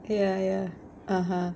ya ya (uh huh)